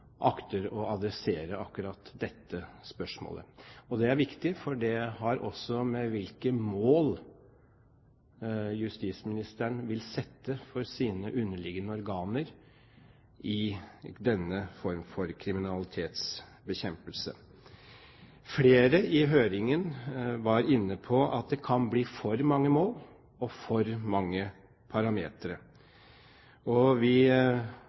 akter å adressere akkurat dette spørsmålet. Det er viktig, for det har også med hvilke mål justisministeren vil sette for sine underliggende organer i denne form for kriminalitetsbekjempelse, å gjøre. Flere i høringen var inne på at det kan bli for mange mål, og for mange parametre. Vi